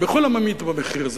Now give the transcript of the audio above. לכל הממעיט במחיר,